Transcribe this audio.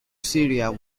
syria